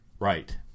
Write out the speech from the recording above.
Right